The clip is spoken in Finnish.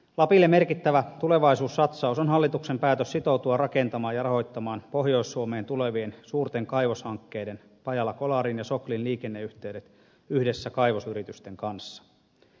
lapille merkittävä tulevaisuussatsaus on hallituksen päätös sitoutua rakentamaan ja rahoittamaan pohjois suomeen tulevien suurten kaivoshankkeiden eli pajalankolarin ja soklin liikenneyhteydet yhdessä kaivosyritysten kanssa